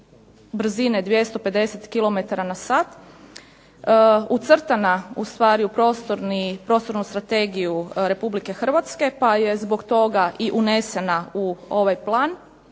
brzine 250 km na sat ucrtana ustvari u prostornu strategiju RH pa je zbog toga i unesena u ovaj plan.